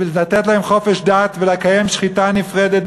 לתת להם חופש דת ולקיים שחיטה נפרדת,